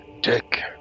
Dick